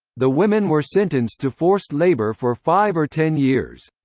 the women were sentenced to forced labour for five or ten years.